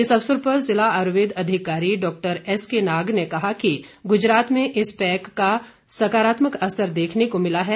इस अवसर पर जिला आयुर्वेद अधिकारी डॉ एस के नाग ने कहा कि गुजरात में इस पैक का सकारात्मक असर देखने को मिला है